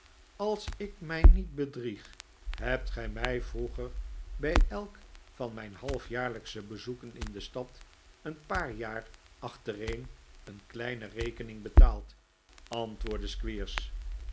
als ik mij niet bedrieg hebt gij mij vroeger bij elk van mijn halfjaarlijksche bezoeken in de stad een paar jaar achtereen een kleine rekening betaald antwoordde